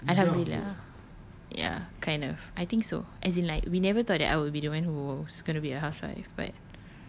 ya but alhamdulillah ya kind of I think so as in like we never thought that I will be the one who's gonna be a housewife but